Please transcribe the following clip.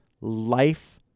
Life